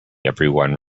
everyone